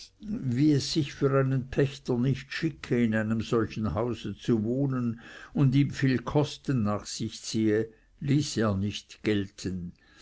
wie es sich für einen pächter nicht schicke in einem solchen hause zu wohnen und ihm viel kosten nach sich ziehe ließ er nicht gelten